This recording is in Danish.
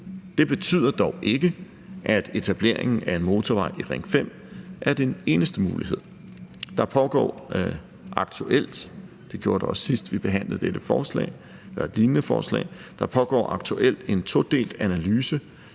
Det betyder dog ikke, at etableringen af en motorvej i Ring 5 er den eneste mulighed. Der pågår aktuelt – det gjorde